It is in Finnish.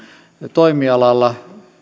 toimialalla